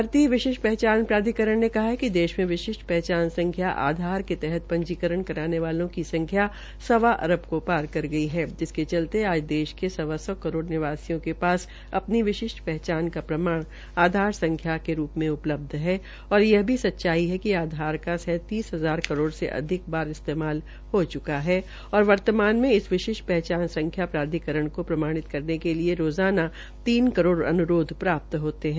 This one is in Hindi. भारतीय विशिष्ठ पहचान प्राधिकरण ने कहा है कि देश में विशिष्ट पहचान संख्या आधार के तहत पंजीकरण कराने वालों की संख्या सवा अरब को पर कर गई है जिसके चलते आज देश के सवा सौ करोड़ निवासियों के पास अपनी विशिष्ट पहचान का प्रमाण आधार संख्या के रूप में उपलब्ध है और यह भी सच्चाई है कि आधार क सैंतीस हजार करोड़ से अधिक बार इस्तेमाल को च्का है तथा वर्तमान में इस विशिष्ट पहचान संख्या प्राधिकरण का प्रमाणित करने के लिए रोज़ाना तीन करोड़ अन्रोध होते है